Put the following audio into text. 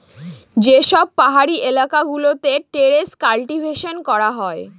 যে সব পাহাড়ি এলাকা গুলোতে টেরেস কাল্টিভেশন করা হয়